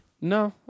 No